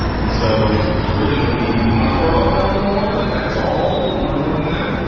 and so we've originally. do you want to throw up no more? like that's all. no more than that.